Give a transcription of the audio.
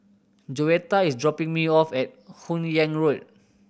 Joetta is dropping me off at Hun Yeang Road